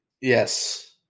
Yes